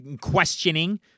questioning